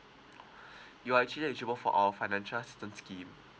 you are actually eligible for our financial assistance scheme